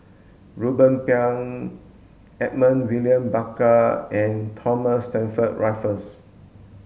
Ruben Pang Edmund William Barker and Thomas Stamford Raffles